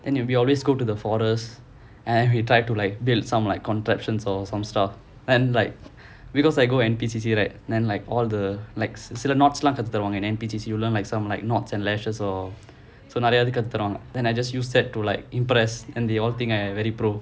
then we we always go to the forest and we tried to like build some like contraptions or some stuff and then like because I go N_P_C_C right then like all the like slipknots கத்து தருவாங்க:kaththu tharuvaanga you learn like some like knots and lashes lor நெறய இது கத்து தருவாங்க:neraya ithu kaththu tharuvaanga then I just used that to like impress and they all think I very pro